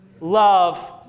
love